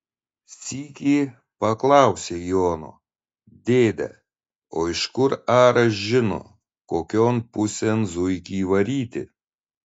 sykį paklausė jono dėde o iš kur aras žino kokion pusėn zuikį varyti